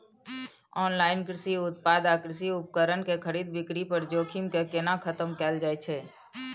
Online कृषि उत्पाद आ कृषि उपकरण के खरीद बिक्री पर जोखिम के केना खतम कैल जाए छै?